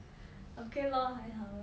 okay lor 还好 lor